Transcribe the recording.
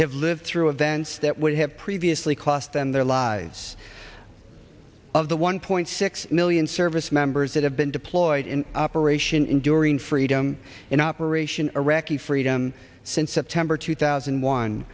have lived through events that would have previously cost them their lives of the one point six million service members that have been deployed in operation enduring freedom in operation iraqi freedom since september two thousand